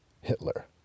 Hitler